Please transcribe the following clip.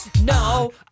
No